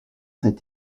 cet